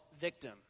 victim